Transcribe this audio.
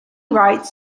rights